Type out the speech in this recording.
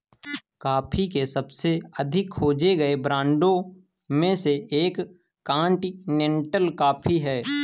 coffee के सबसे अधिक खोजे गए ब्रांडों में से एक कॉन्टिनेंटल कॉफ़ी है